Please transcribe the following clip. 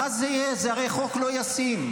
זה הרי חוק לא ישים.